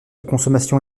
consommation